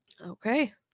Okay